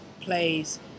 plays